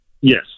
Yes